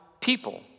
people